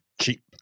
cheap